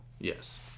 Yes